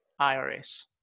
IRS